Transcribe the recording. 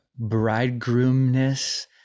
bridegroomness